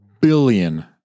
billion